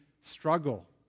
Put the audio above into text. struggle